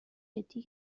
جدی